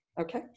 okay